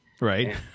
Right